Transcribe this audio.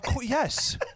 yes